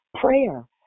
prayer